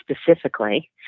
specifically